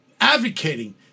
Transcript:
advocating